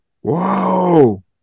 whoa